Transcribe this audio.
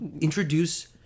introduce